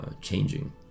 changing